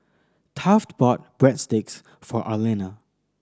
Taft bought Breadsticks for Arlena